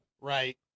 Right